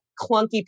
clunky